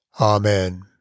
Amen